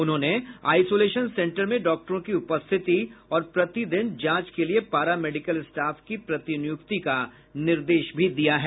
उन्होंने isolation centre में डॉक्टरों की उपस्थिति और प्रति दिन जांच के लिए पारा मेडिकल स्टाफ की प्रतिनियुक्ति का निर्देश भी दिया है